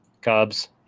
Cubs